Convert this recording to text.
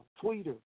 Twitter